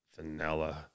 vanilla